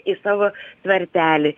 į savo tvartelį